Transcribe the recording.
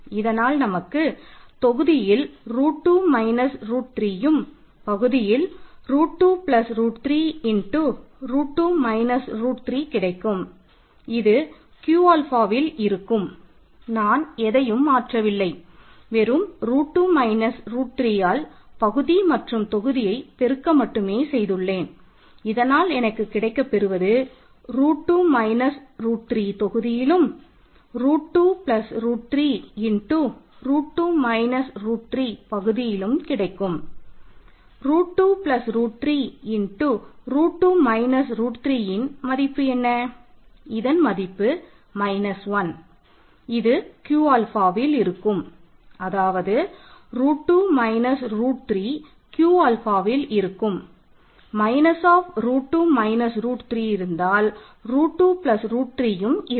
இதனால் நமக்கு தொகுதியில் ரூட் 3யும் இருக்கும்